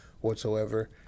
whatsoever